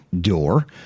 door